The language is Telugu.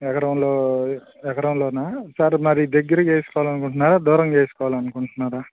ఎకరంలో ఎకరంలోనా సార్ మరి దగ్గరగా వేసుకోవాలి అనుకుంటున్నారా దూరంగా వేసుకోవాలి అనుకుంటున్నారా